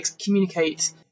communicate